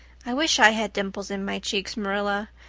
i wish i had dimples in my cheeks, marilla.